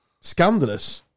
Scandalous